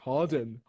Harden